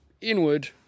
inward